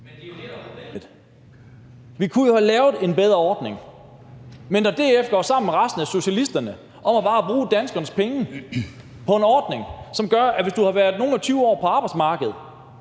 Men det er jo det, der er problemet. Vi kunne jo have lavet en bedre ordning. Men når DF går sammen med resten af socialisterne om bare at bruge danskernes penge på en ordning, som gør, at hvis du har været nogle og tyve år på arbejdsmarkedet